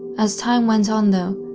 as time went on though,